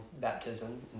baptism